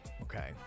okay